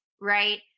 right